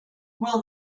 will